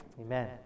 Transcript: Amen